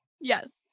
Yes